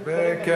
כן,